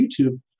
YouTube